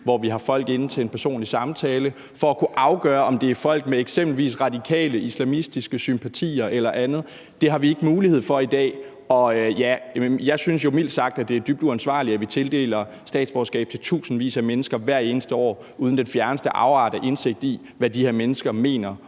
hvor vi har folk inde til en personlig samtale for at kunne afgøre, om det er folk med eksempelvis radikale islamistiske sympatier eller andet. Det har vi ikke mulighed for i dag, og jeg synes jo mildt sagt, at det er dybt uansvarligt, at vi tildeler statsborgerskab til tusindvis af mennesker hvert eneste år uden den fjerneste afart af indsigt i, hvad de her mennesker mener